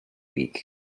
week